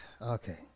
okay